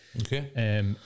Okay